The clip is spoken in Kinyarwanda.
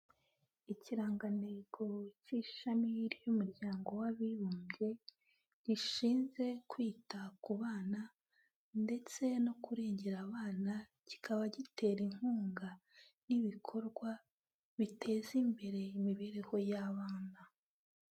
Ikirangantego cy'Ishami ry'Umuryango w'Abibumbye rishinzwe kwita ku bana ndetse no kurengera abana, kikaba gitera inkunga n'ibikorwa biteza imbere imibereho y'abana.